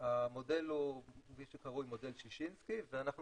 המודל הוא כפי שקרוי מודל ששינסקי ואנחנו